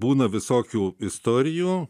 būna visokių istorijų